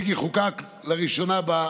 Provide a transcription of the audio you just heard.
הזאת.